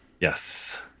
Yes